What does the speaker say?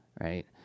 right